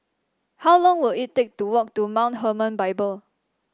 how long will it take to walk to Mount Hermon Bible